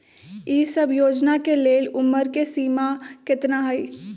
ई सब योजना के लेल उमर के सीमा केतना हई?